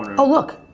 oh look.